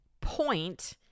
point